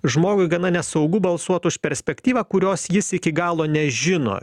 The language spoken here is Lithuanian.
žmogui gana nesaugu balsuot už perspektyvą kurios jis iki galo nežino